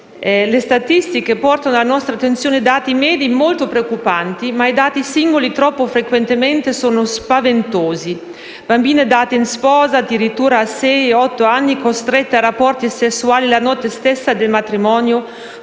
Le statistiche portano alla nostra attenzione dati medi molto preoccupanti, ma i dati singoli, troppo frequentemente, sono spaventosi: bambine date in sposa addirittura a sei/otto anni, costrette a rapporti sessuali la notte stessa del matrimonio,